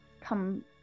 come